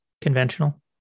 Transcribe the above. conventional